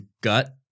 Gut